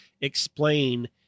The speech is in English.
explain